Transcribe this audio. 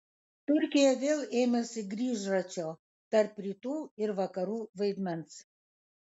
turkija vėl ėmėsi grįžračio tarp rytų ir vakarų vaidmens